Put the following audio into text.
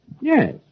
Yes